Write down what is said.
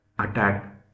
Attack